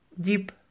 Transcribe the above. deep